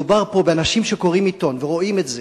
מדובר פה באנשים שקוראים עיתון ורואים את זה,